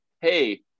hey